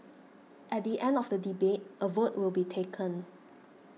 at the end of the debate a vote will be taken